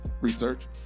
research